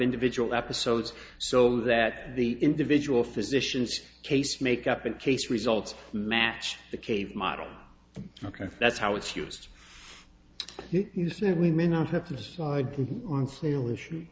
individual episodes so that the individual physicians case makeup and case results match the cave model ok that's how it's yours he said we may not have to decide on sale issue